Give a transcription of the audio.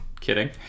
Kidding